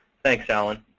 thanks, alan.